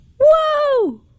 whoa